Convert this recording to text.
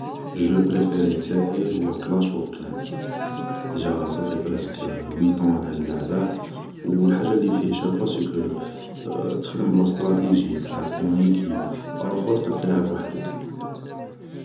جو بريفري تاعي هو كلاش اوف كلانس ديجا صافي براسك ويتون و أنا نلعبه و الحاجة لي فيه شابة سكو تخدم ب لستراتيجي تلعب اون إكيب و ألافوا تقد تلعب وحدك